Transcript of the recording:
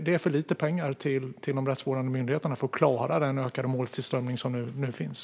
Det är för lite pengar till de rättsvårdande myndigheterna för att man ska klara den ökade måltillströmning som nu finns.